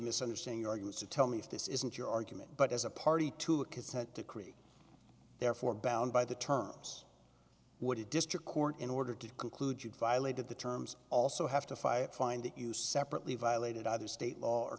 misunderstand your use to tell me if this isn't your argument but as a party to a consent decree therefore bound by the terms would a district court in order to conclude you violated the terms also have to fight find that you separately violated either state law or